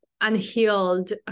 unhealed